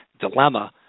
dilemma